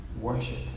worship